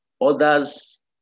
Others